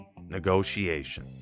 Negotiation